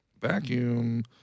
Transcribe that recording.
Vacuum